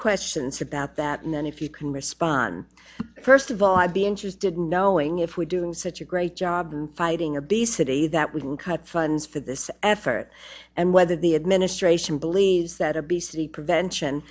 questions about that and then if you can respond first of all i'd be interested in knowing if we're doing such a great job fighting obesity that we can cut funds for this effort and whether the administration believes that obesity prevention